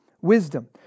wisdom